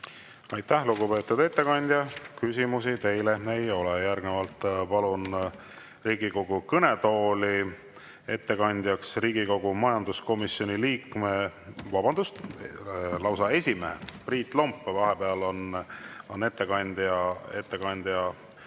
Aitäh, lugupeetud ettekandja! Küsimusi teile ei ole. Järgnevalt palun Riigikogu kõnetooli ettekandjaks Riigikogu majanduskomisjoni liikme. Vabandust, lausa esimehe, Priit Lomp. Vahepeal on ettekandjat